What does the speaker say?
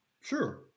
Sure